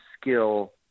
skill